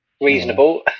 Reasonable